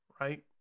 right